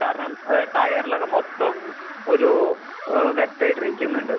കാരണം ടയറിലൊക്കെ മൊത്തം ഒരു വെറ്റായിട്ടിരിക്കുന്നുണ്ട്